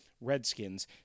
Redskins